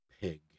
pig